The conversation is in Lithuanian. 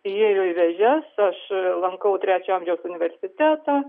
įėjo į vėžes aš lankau trečio amžiaus universitetą